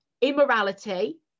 immorality